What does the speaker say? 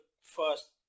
first